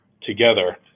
together